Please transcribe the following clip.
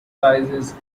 sizes